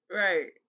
right